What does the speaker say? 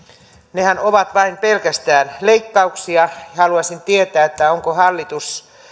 nehän ovat vain pelkästään leikkauksia haluaisin tietää hallitus